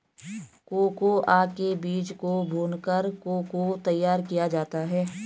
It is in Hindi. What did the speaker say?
कोकोआ के बीज को भूनकर को को तैयार किया जाता है